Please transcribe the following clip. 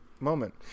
moment